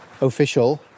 official